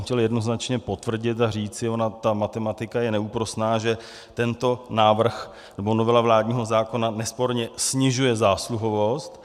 Já bych chtěl jednoznačně potvrdit a říci, ona ta matematika je neúprosná, že tento návrh, nebo novela vládního zákona nesporně snižuje zásluhovost.